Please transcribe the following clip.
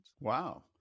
wow